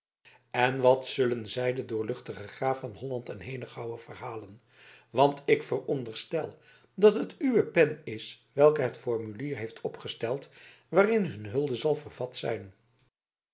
en wat zullen zij den doorluchtigen graaf van holland en henegouwen verhalen want ik veronderstel dat het uwe pen is welke het formulier heeft opgesteld waarin hun hulde zal vervat zijn